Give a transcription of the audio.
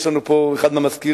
יש לנו פה אחד המזכירים,